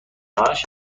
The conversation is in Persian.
همش